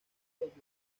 lluvias